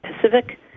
Pacific